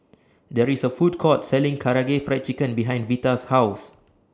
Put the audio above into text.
There IS A Food Court Selling Karaage Fried Chicken behind Vita's House